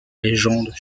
légende